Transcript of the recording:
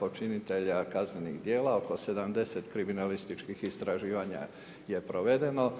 počinitelja kaznenih djela, oko 70 kriminalističkih istraživanja je provedeno